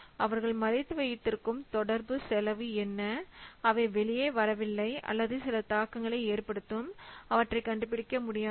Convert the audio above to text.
அவர்கள் மறைத்து வைத்திருக்கும் தொடர்பு செலவு என்ன அவை வெளியே வரவில்லைஅல்லது சில தாக்கங்களை ஏற்படுத்தும் அவற்றை கண்டுபிடிக்க முடியாது